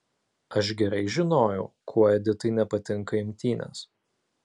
aš gerai žinojau kuo editai nepatinka imtynės